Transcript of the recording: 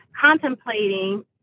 contemplating